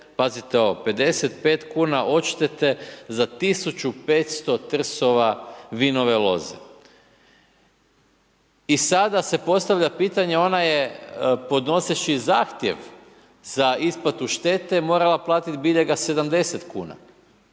pazite ovo 55 kuna odštete za 1500 trsova Vinove loze. I sada se postavlja pitanje, ona je podnoseći zahtjev za isplatu štete morala platit biljega 70 kuna.